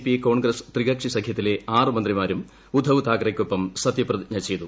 P Congress ത്രികക്ഷി സഖ്യത്തിലെ ആറ് മന്ത്രിമാരും ഉദ്ധവ് താക്കറെയ്ക്കൊപ്പം സത്യപ്രതിജ്ഞ ചെയ്തു